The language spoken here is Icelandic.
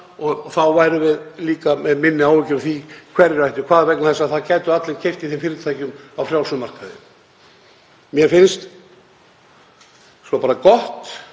Þá værum við líka með minni áhyggjur af því hverjir ættu hvað vegna þess að það gætu allir keypt í þeim fyrirtækjum á frjálsum markaði. Mér finnst gott